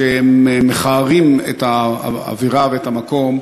כשהם מכערים את האווירה ואת המקום.